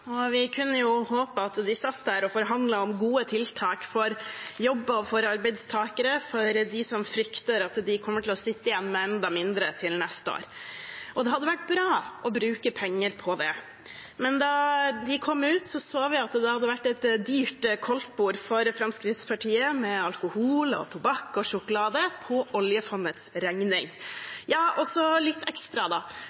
og vi kunne jo håpe at de satt der og forhandlet om gode tiltak for jobber, for arbeidstakere og for dem som frykter at de kommer til å sitte igjen med enda mindre til neste år. Det hadde vært bra å bruke penger på det, men da de kom ut, så vi at det hadde vært et dyrt koldtbord for Fremskrittspartiet, med alkohol, tobakk og sjokolade på oljefondets regning.